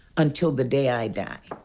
until the day i die.